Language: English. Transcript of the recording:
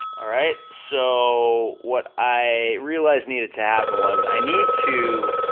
alright? so what i realized needed to happen was, i need to